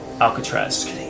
Alcatraz